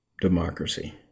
democracy